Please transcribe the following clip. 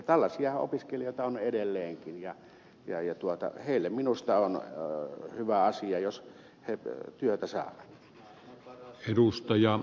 tällaisia opiskelijoita on edelleenkin ja minusta heille on hyvä asia jos he työtä saavat